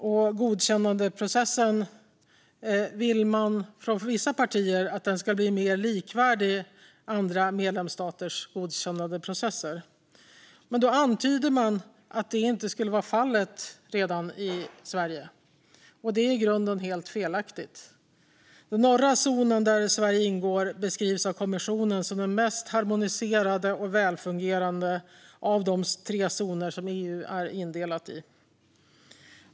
Från vissa partier vill man att godkännandeprocessen ska bli mer likvärdig andra medlemsstaters godkännandeprocesser, men då antyder man att så inte redan skulle vara fallet i Sverige. Detta är i grunden helt felaktigt. Den norra zonen, där Sverige ingår, beskrivs av kommissionen som den mest harmoniserade och välfungerande av de tre zoner som EU är indelat i.